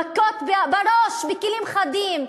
מכות בראש בכלים חדים,